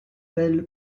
del